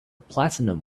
platinum